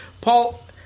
Paul